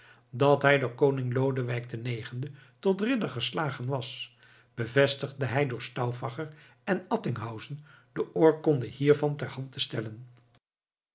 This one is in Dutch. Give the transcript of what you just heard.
dat hij door koning lodewijk ix tot ridder geslagen was bevestigde hij door stauffacher en attinghausen de oorkonde hiervan terhand te stellen